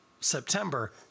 September